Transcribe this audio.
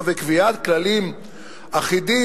וצריך קביעת כללים אחידים,